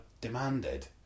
demanded